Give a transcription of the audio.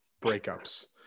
breakups